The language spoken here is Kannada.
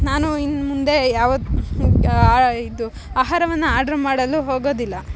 ನಾನು ಇನ್ಮುಂದೆ ಯಾವ ಇದು ಆಹಾರವನ್ನು ಆರ್ಡ್ರ್ ಮಾಡಲು ಹೋಗೊದಿಲ್ಲ